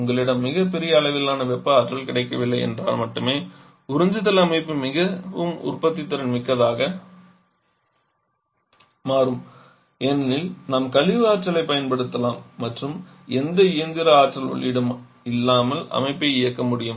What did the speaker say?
உங்களிடம் மிகப் பெரிய அளவிலான வெப்ப ஆற்றல் கிடைக்கவில்லை என்றால் மட்டுமே உறிஞ்சுதல் அமைப்பு மிகவும் உற்பத்தித்திறன் மிக்கதாக மாறும் ஏனெனில் நாம் கழிவு ஆற்றலைப் பயன்படுத்தலாம் மற்றும் எந்த இயந்திர ஆற்றல் உள்ளீடும் இல்லாமல் அமைப்பை இயக்க முடியும்